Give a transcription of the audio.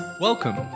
Welcome